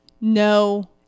no